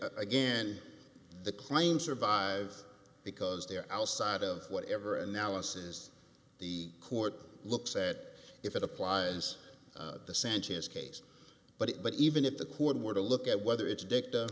again the claim survives because they're outside of whatever analysis the court looks at if it applies the sanchez case but it but even if the court were to look at whether it's dict